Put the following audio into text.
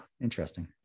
interesting